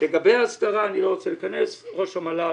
לגבי ההסדרה, אני לא רוצה להיכנס לזה.